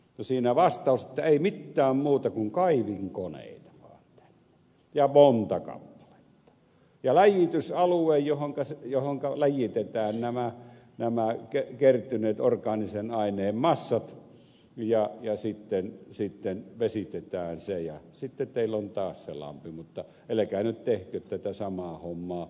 no siinä vastaus on se että ei mittään muuta kuin kaivinkoneita vaan tänne ja monta kappaletta ja läjitysalue johonka läjitetään nämä kertyneet orgaanisen aineen massat ja sitten vesitetään se ja sitten teillä on taas se lampi mutta älkää nyt tehkö tätä samaa hommaa uudestaan